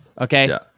Okay